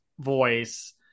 voice